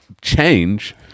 change